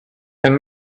and